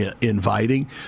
Inviting